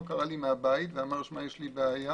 הוא קרא לי מהבית ואמר: יש לי בעיה